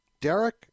Derek